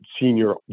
senior